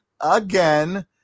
again